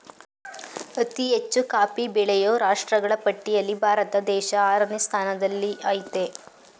ಅತಿ ಹೆಚ್ಚು ಕಾಫಿ ಬೆಳೆಯೋ ರಾಷ್ಟ್ರಗಳ ಪಟ್ಟಿಲ್ಲಿ ಭಾರತ ದೇಶ ಆರನೇ ಸ್ಥಾನದಲ್ಲಿಆಯ್ತೆ